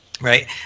right